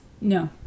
No